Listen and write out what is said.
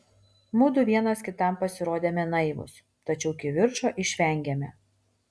mudu vienas kitam pasirodėme naivūs tačiau kivirčo išvengėme